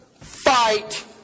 fight